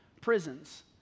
prisons